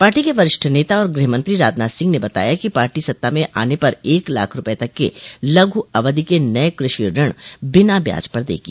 party के वरिष्ठ नेता और गृहमंत्री राजनाथ सिंह ने बताया कि पार्टी सत्ता में आने पर एक लाख रूपये तक के लघु अवधि के नये कृषि ऋण बिना ब्याज पर देगी